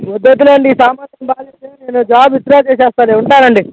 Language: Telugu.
వద్దు వద్దులేండి ఈ సమానేమి బాలేదు నేను జాబ్ విత్డ్రా చేసేస్తాలే ఉంటానండి